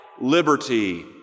liberty